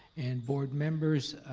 and board members.